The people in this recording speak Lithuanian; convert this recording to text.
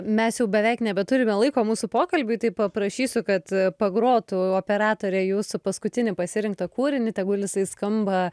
mes jau beveik nebeturime laiko mūsų pokalbiui tai paprašysiu kad pagrotų operatorė jūsų paskutinį pasirinktą kūrinį tegul jisai skamba